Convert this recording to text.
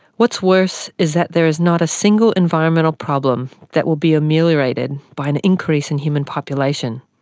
what's worse is that there is not a single environmental problem that will be ameliorated by an increase in human population,